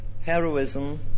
heroism